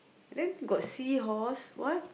then got seahorse what